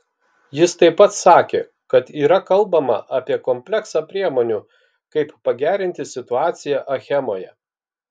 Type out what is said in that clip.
jis taip pat sakė kad yra kalbama apie kompleksą priemonių kaip pagerinti situaciją achemoje